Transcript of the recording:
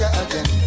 again